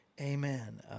amen